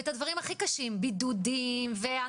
ואת הדברים הכי קשים כמו בידודים ואנשים